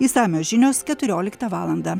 išsamios žinios keturioliktą valandą